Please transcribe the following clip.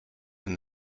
and